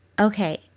Okay